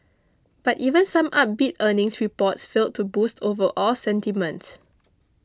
but even some upbeat earnings reports failed to boost overall sentiment